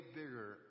bigger